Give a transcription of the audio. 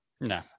No